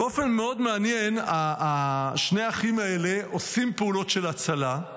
באופן מאוד מעניין שני האחים האלה עושים פעולות של הצלה,